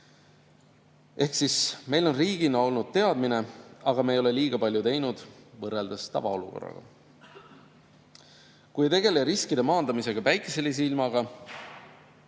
Ehk siis meil riigina on olnud teadmine, aga me ei ole liiga palju teinud võrreldes tavaolukorraga. Kui ei tegele riskide maandamisega päikselise ilmaga,